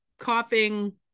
coughing